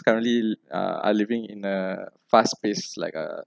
currently uh are living in a fast paced like a